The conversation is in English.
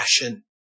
passion